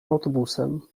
autobusem